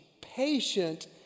patient